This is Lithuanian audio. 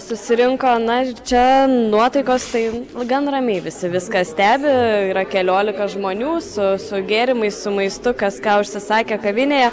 susirinko na čia nuotaikos tai gan ramiai visi viską stebi yra keliolika žmonių su su gėrimais su maistu kas ką užsisakė kavinėje